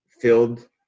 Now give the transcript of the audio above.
filled